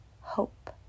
hope